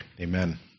Amen